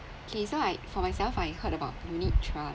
okay so I for myself I heard about unit trust